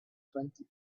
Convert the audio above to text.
twenty